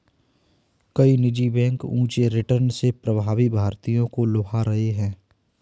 कई निजी बैंक ऊंचे रिटर्न से प्रवासी भारतीयों को लुभा रहे हैं